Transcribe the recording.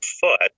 foot